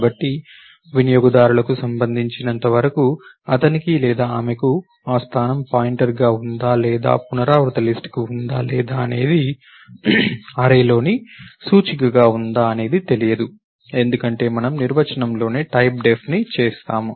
కాబట్టి వినియోగదారులకు సంబంధించినంతవరకు అతనికి లేదా ఆమెకు ఆ స్థానం పాయింటర్గా ఉందా లేదా పునరావృత లిస్ట్ కు ఉందా లేదా అది అర్రేలోని సూచికగా ఉందా అనేది తెలియదు ఎందుకంటే మనము నిర్వచనంలోనే టైప్డెఫ్ని చేసాము